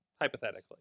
Hypothetically